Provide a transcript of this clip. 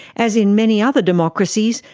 as in many other democracies,